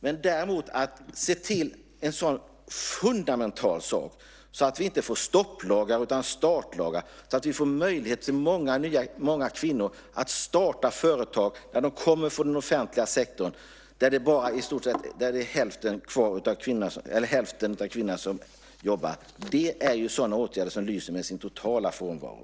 Men att däremot se till något så fundamentalt som att vi inte får stopplagar utan att vi får startlagar så att det därmed blir möjligheter för många nya kvinnor - kvinnor som kommer från den offentliga sektorn där i stort sett hälften av dem som jobbar är kvinnor - att starta företag är exempel på åtgärder som totalt lyser med sin frånvaro.